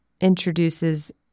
introduces